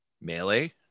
melee